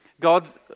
God's